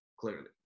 clearly